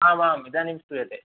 आम् आम् इदानीं श्रूयते